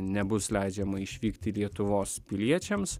nebus leidžiama išvykti lietuvos piliečiams